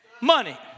money